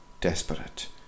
desperate